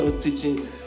teaching